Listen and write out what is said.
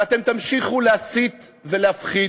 ואתם תמשיכו להסית ולהפחיד,